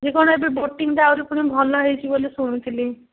ସିଏ କ'ଣ ଏବେ ବୋଟିଂଟା ଆହୁରି ପୁଣି ଭଲ ହେଇଛି ବୋଲି ଶୁଣୁଥିଲି